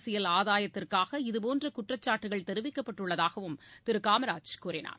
அரசியல் ஆதாயத்திற்காக இதுடோன்ற குற்றச்சாட்டுக்கள் தெரிவிக்கப்பட்டுள்ளதாகவும் திரு காமராஜ் கூறினார்